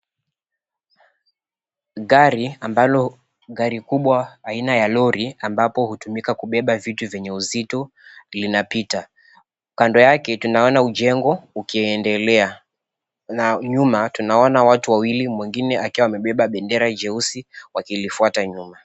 Gari ambalo ni gari kubwa aina ya lori ambapo hutumika kubeba vitu vyenye vizito linapita. Kando yake tunaona mjengo ukiendelea na nyuma tunaona watu wawili mwingine akiwa amebeba bendera jeusi wakilifuata nyuma.